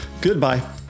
Goodbye